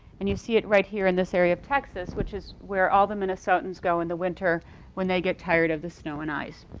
and you see it right here in this area of texas, which is where all the minnesotans go in the winter when they get tired of the snow and ice.